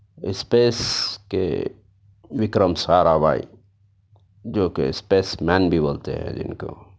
space کے Vikram Sarabhai جو کہ اسپیس مین بھی بولتے ہیں جن کو